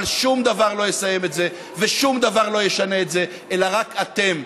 אבל שום דבר לא יסיים את זה ושום דבר לא ישנה את זה אלא רק אתם.